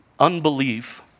Unbelief